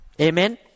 Amen